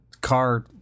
car